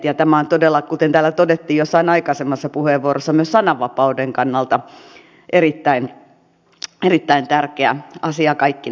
tämä on todella kuten täällä todettiin jossain aikaisemmassa puheenvuorossa myös sananvapauden kannalta erittäin tärkeä asia kaikkinensa